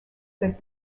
that